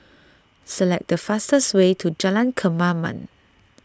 select the fastest way to Jalan Kemaman